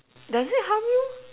does it harm you